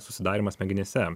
susidarymą smegenyse